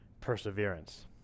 perseverance